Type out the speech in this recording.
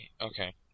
Okay